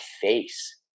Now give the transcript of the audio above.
face